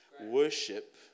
Worship